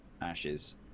Ashes